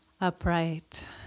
Upright